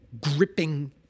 gripping